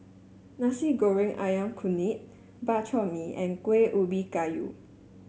Nasi Goreng ayam Kunyit Bak Chor Mee and Kueh Ubi Kayu